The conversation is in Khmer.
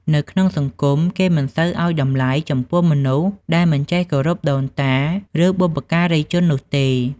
នៅក្នុងសង្គម គេមិនសូវឱ្យតម្លៃចំពោះមនុស្សដែលមិនចេះគោរពដូនតា ឬបុព្វការីជននោះទេ។